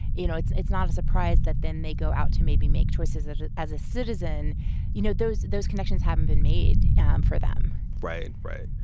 you know, it's it's not a surprise that then they go out to maybe make choices ah as a citizen you know, those those connections haven't been made for them right. right.